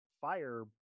fire